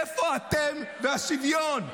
איפה אתם והשוויון?